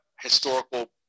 historical